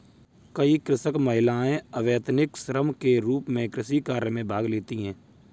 कई कृषक महिलाएं अवैतनिक श्रम के रूप में कृषि कार्य में भाग लेती हैं